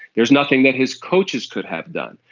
there's nothing that his coaches could have done.